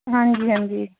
ਹਾਂਜੀ ਹਾਂਜੀ